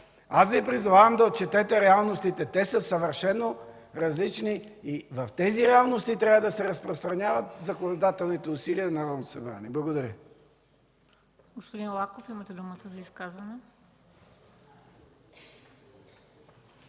Призовавам Ви да отчетете реалностите, те са съвършено различни и в тези реалности трябва да се разпространяват законодателните усилия на Народното събрание. Благодаря.